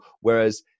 Whereas